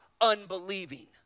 unbelieving